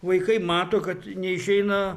vaikai mato kad neišeina